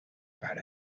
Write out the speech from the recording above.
about